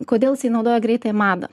kodėl jisai naudoja greitąją madą